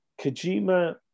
Kojima